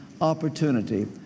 opportunity